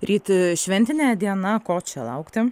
ryt šventinė diena ko čia laukti